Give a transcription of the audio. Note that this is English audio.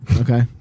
Okay